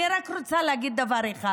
אני רק רוצה להגיד דבר אחד: